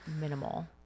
minimal